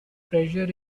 treasure